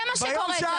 זה מה שקורה כאן.